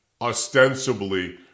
Ostensibly